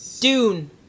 Dune